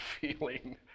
feeling